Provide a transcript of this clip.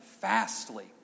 Fastly